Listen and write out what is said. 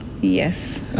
yes